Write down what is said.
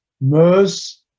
MERS